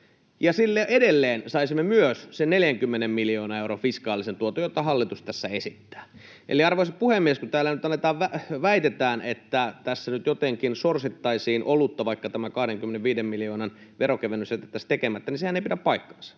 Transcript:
Sille edelleen saisimme myös sen 40 miljoonan euron fiskaalisen tuoton, jota hallitus tässä esittää. Eli, arvoisa puhemies, kun täällä nyt väitetään, että tässä nyt jotenkin sorsittaisiin olutta, vaikka tämä 25 miljoonan veronkevennys jätettäisiin tekemättä, niin sehän ei pidä paikkaansa.